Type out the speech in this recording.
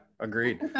Agreed